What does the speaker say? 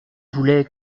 voulait